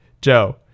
Joe